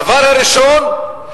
הדבר הראשון,